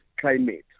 climate